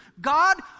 God